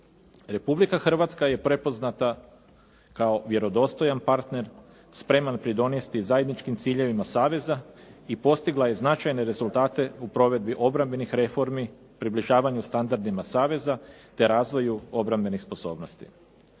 Republika Hrvatska je prepoznata kao vjerodostojan partner, spreman pridonijeti zajedničkim ciljevima saveza i postigla je značajne rezultate u provedbi obrambenih reformi, približavanju standardima saveza te razvoju obrambenih sposobnosti.